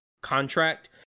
contract